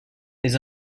les